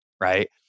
Right